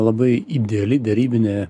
labai ideali derybinė